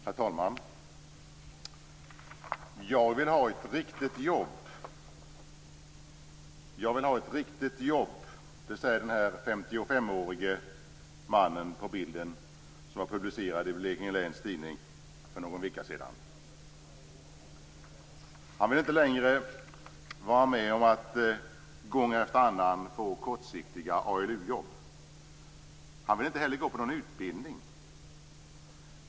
Herr talman! "Jag vill ha ett riktigt jobb! Jag vill ha ett riktigt jobb!" Det sade den här 55-årige mannen på bilden publicerad i Blekinge Läns Tidning för någon vecka sedan. Han vill inte längre vara med om att gång efter annan få kortsiktiga ALU-jobb. Han vill inte heller gå på någon utbildning.